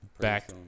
back